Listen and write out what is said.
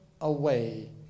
away